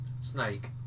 Snake